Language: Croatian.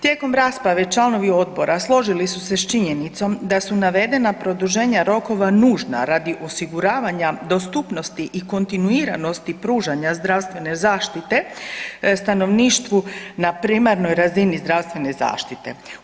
Tijekom rasprave članovi odbora složili su se s činjenicom da su navedena produženja rokova nužna radi osiguravanja dostupnosti i kontinuiranosti pružanja zdravstvene zaštite stanovništvu na primarnoj razini zdravstvene zaštite.